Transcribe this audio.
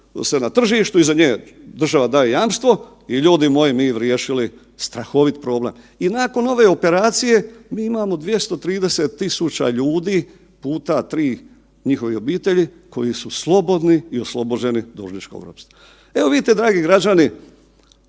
na tržištu iza nje država daje jamstvo i ljudi moji mi riješili strahovit problem. I nakon ove operacije mi imamo 230.000 ljudi puta 3 njihovih obitelji koji su slobodni i oslobođeni dužničkog ropstva. Evo vidite dragi građani